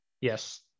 Yes